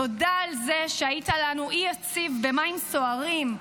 תודה על זה שהיית לנו אי יציב במים סוערים,